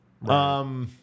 Right